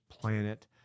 planet